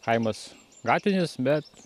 kaimas gatvinis bet